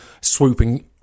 swooping